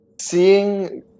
Seeing